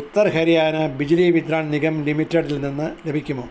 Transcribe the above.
ഉത്തർ ഹരിയാന ബിജ്ലി വിത്രാൻ നിഗം ലിമിറ്റഡിൽനിന്ന് ലഭിക്കുമോ